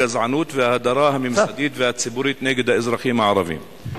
הגזענות וההדרה הממסדית והציבורית נגד האזרחים הערבים.